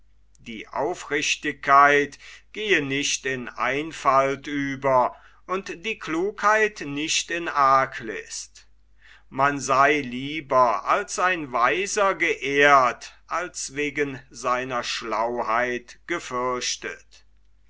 die aufrichtigkeit gehe nicht in einfalt über und die klugheit nicht in arglist man sei lieber als ein weiser geehrt als wegen seiner schlauheit gefürchtet